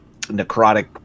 necrotic